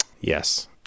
Yes